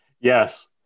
Yes